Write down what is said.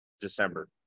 December